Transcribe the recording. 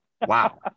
Wow